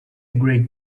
gray